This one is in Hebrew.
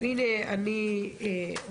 הנה אני אומרת,